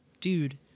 dude